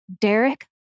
Derek